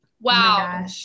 Wow